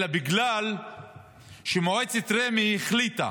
אלא בגלל שמועצת רמ"י החליטה